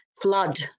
flood